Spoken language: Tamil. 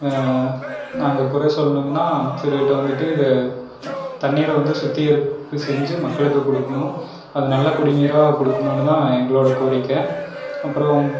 நாங்கள் குறை சொல்லணும்னா அமைச்சர்கிட்ட வந்துவிட்டு த தண்ணீரை வந்து சுத்திகரிப்பு செஞ்சு மக்களுக்கு கொடுக்கணும் அது நல்ல குடிநீராக கொடுக்கணுன்னு தான் எங்களோட கோரிக்கை அப்புறம்